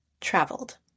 traveled